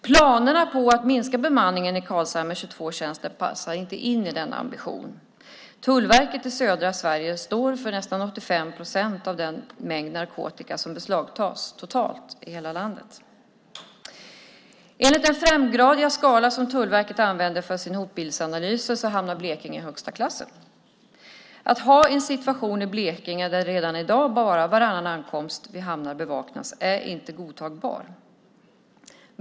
Planerna på att minska bemanningen i Karlshamn med 22 tjänster passar inte in i denna ambition. Tullverket i södra Sverige står för nästan 85 procent av den mängd narkotika som beslagtas totalt i hela landet. Enligt den femgradiga skala som Tullverket använder för sin hotbildsanalys hamnar Blekinge i högsta klassen. Att ha en situation i Blekinge där redan i dag bara varannan ankomst vid hamnar bevakas är inte godtagbart.